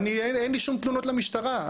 אין לי שום תלונות למשטרה,